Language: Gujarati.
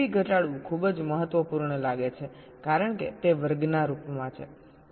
VDD ઘટાડવું ખૂબ જ મહત્વપૂર્ણ લાગે છે કારણ કે તે વર્ગના રૂપમાં છે